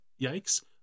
yikes